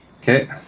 Okay